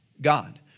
God